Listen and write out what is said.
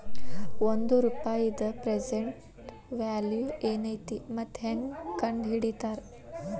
ಒಂದ ರೂಪಾಯಿದ್ present value ಏನೈತಿ ಮತ್ತ ಹೆಂಗ ಕಂಡಹಿಡಿತಾರಾ